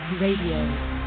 Radio